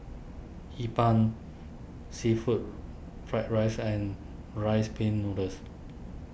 Hee Pan Seafood Fried Rice and Rice Pin Noodles